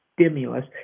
stimulus